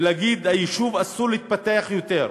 ולהגיד: ליישוב אסור להתפתח יותר,